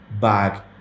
back